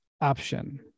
option